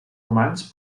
romans